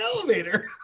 elevator